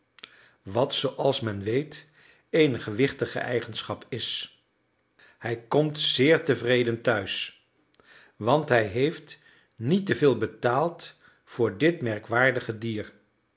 wat zooals men weet eene gewichtige eigenschap is hij komt zeer tevreden thuis want hij heeft niet te veel betaald voor dit merkwaardige dier